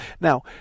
Now